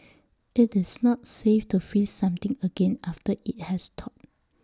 IT is not safe to freeze something again after IT has thawed